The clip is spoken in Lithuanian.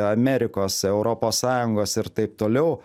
amerikos europos sąjungos ir taip toliau